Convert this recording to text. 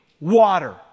water